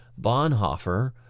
Bonhoeffer